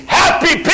happy